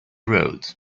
road